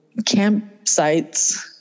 campsites